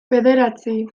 bederatzi